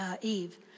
Eve